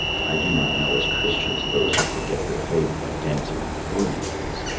i do not know as christians those who forget their faith by dancing on holy days.